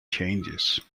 changes